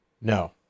No